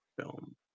film